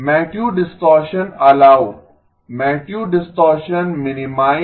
magnitude distortion allow magnitude distortion minimise